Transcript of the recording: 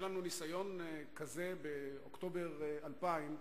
היה לנו ניסיון כזה באוקטובר 2000,